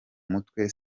mutwe